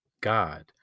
God